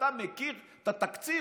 אתה מכיר את התקציר?